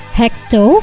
hecto